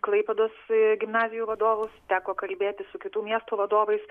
klaipėdos gimnazijų vadovus teko kalbėtis su kitų miestų vadovais